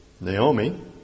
Naomi